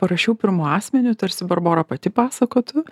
parašiau pirmu asmeniu tarsi barbora pati pasakotų